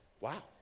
Wow